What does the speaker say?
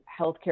Healthcare